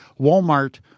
Walmart